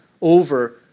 over